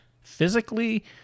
physically